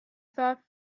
thought